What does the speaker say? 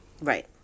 Right